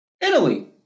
Italy